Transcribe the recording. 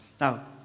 Now